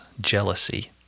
jealousy